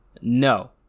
No